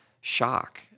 shock